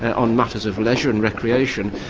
on matters of leisure and recreation,